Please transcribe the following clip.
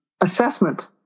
assessment